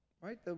right